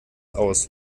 aus